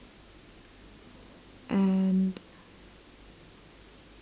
and